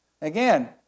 Again